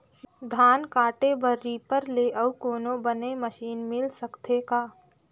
धान काटे बर रीपर ले अउ कोनो बने मशीन मिल सकथे का?